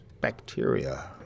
bacteria